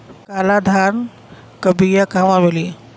काला धान क बिया कहवा मिली?